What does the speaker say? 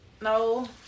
no